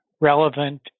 relevant